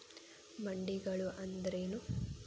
ಮಂಡಿಗಳು ಅಂದ್ರೇನು?